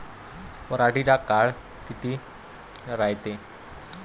पराटीचा काळ किती रायते?